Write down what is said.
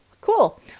cool